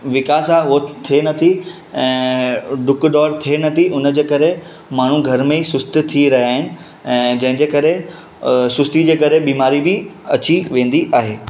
विकास आ उहो थिए नथी ऐं डुक दोड़ु थिए नथी हिन जे करे माण्हू घर में ई सुस्त थी रहिया आहिनि ऐं जंहिंं जे करे सुस्ती जे करे बीमारी बि अची वेंदी आहे